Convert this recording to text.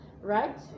right